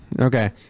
Okay